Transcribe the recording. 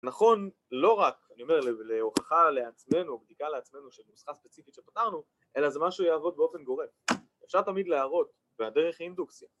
נכון לא רק, אני אומר, להוכחה לעצמנו, בדיקה לעצמנו של נוסחה ספציפית שפתרנו, אלה זה משהו שיעבוד באופן גורף. אפשר תמיד להראות והדרך היא אינדוקציה